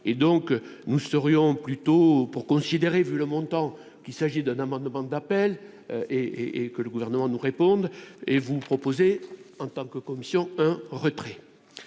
et donc, nous serions plus tôt pour considérer, vu le montant qu'il s'agit d'un amendement d'appel et et que le gouvernement nous répondent et vous proposez en tant que commission un retrait.